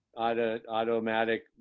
automatic